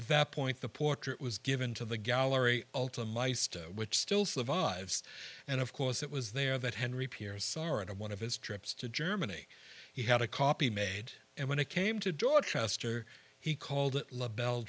that point the portrait was given to the gallery ultimo which still survives and of course it was there that henry pierce saren of one of his trips to germany he had a copy made and when it came to dorchester he called it la belle